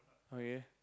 okay